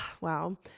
Wow